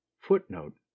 Footnote